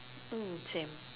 mm same